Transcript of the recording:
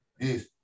Yes